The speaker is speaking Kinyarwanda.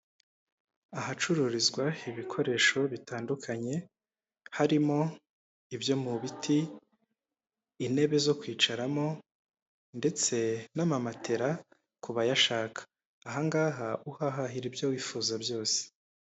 Ahacururizwa ibikoresho bitandukanye, harimo ibyo mu biti, intebe zo kwicaramo ndetse n'amamatera ku bayashaka. Aha ngaha uhahahira ibyo wifuza byose.